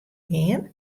gean